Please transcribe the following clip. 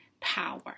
power